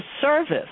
service